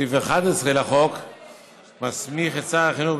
סעיף 11 לחוק מסמיך את שר החינוך,